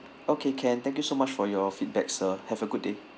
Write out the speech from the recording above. okay can thank you so much for your feedback sir have a good day